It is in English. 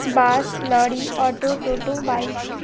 bus lorry auto toto bike